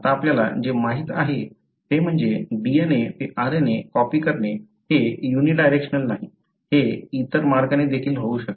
आता आपल्याला जे माहित आहे ते म्हणजे DNA ते RNA कॉपी करणे हे युनीडायरेक्शनल नाही हे इतर मार्गाने देखील होऊ शकते